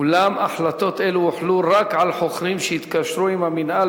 אולם החלטות אלו הוחלו רק על חוכרים שהתקשרו עם המינהל